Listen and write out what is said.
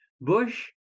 Bush